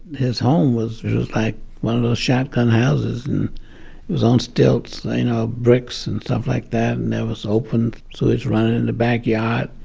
his home was just like one of those shotgun houses. and it was on stilts, you know, bricks and stuff like that, and there was open sewage running in the backyard.